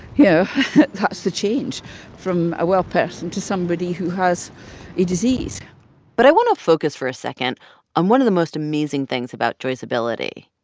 yeah that's the change from a well person to somebody who has a disease but i want to focus for a second on one of the most amazing things about joy's ability.